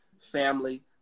family